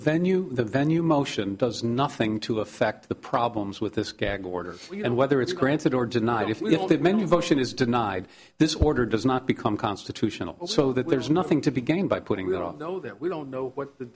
venue the venue motion does nothing to effect the problems with this gag order and whether it's granted or denied if we want a menu potion is denied this order does not become constitutional so that there's nothing to be gained by putting that off know that we don't know what the